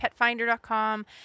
petfinder.com